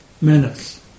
menace